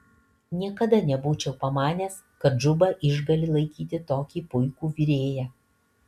niekada nebūčiau pamanęs kad džuba išgali laikyti tokį puikų virėją